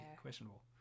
Questionable